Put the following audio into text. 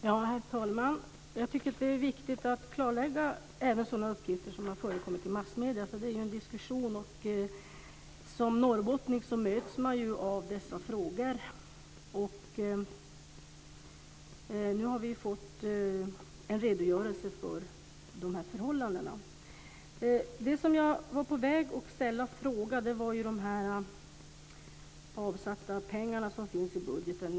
Herr talman! Jag tycker att det är viktigt att klarlägga även sådana uppgifter som har förekommit i massmedierna. Det är ju en diskussion och som norrbottning möts man av dessa frågor. Nu har vi fått en redogörelse för de här förhållandena. Jag var på väg att ställa en fråga om de pengar som är avsatta i budgeten.